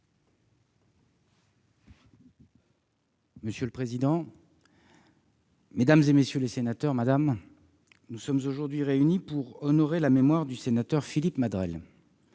Monsieur le président, mesdames, messieurs les sénateurs, madame, nous sommes aujourd'hui réunis pour honorer la mémoire du sénateur Philippe Madrelle.